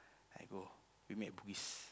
I go we met at Bugis